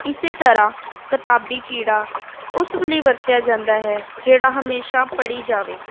ਇਸੇ ਤਰ੍ਹਾਂ ਕਿਤਾਬੀ ਕੀੜਾ ਉਸ ਲਈ ਵਰਤਿਆ ਜਾਂਦਾ ਹੈ ਜਿਹੜਾ ਹਮੇਸ਼ਾ ਪੜ੍ਹੀ ਜਾਵੇ